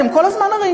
אתם כל הזמן הרי